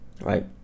right